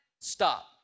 stop